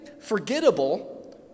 forgettable